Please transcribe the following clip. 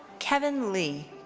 kevin lee.